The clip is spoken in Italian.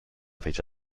fece